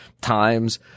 times